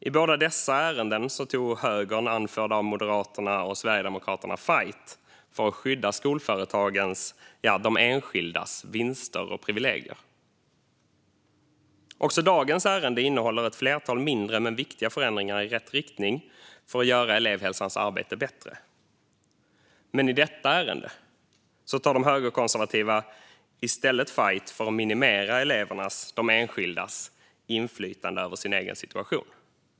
I båda dessa ärenden tog högern, anförd av Moderaterna och Sverigedemokraterna, fajt för att skydda skolföretagens, de enskildas, vinster och privilegier. Också dagens ärende innehåller ett flertal mindre men viktiga förändringar i rätt riktning för att göra elevhälsans arbete bättre. Men i detta ärende tar de högerkonservativa i stället fajt för att minimera elevernas, de enskildas, inflytande över sin egen situation.